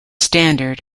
standard